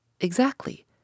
Exactly